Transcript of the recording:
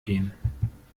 gehen